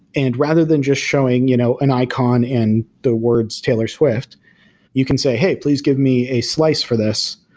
and rather than just showing you know an icon in the words taylor swift you can say, hey, please give me a slice for this,